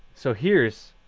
so here's.